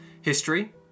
History